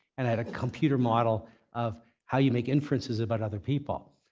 and i had a computer model of how you make inferences about other people.